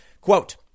Quote